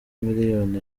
miliyoni